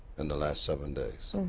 in the last seven days.